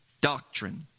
doctrine